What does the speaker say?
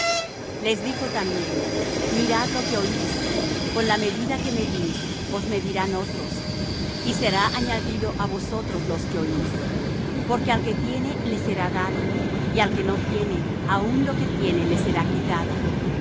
les dijo también mirad lo que oís con la medida que medís os medirán otros y será añadido á vosotros los que oís porque al que tiene le será dado y al que no tiene aun lo que tiene le será quitado